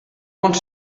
want